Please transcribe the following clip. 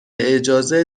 اجازه